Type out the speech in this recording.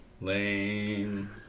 Lame